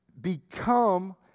become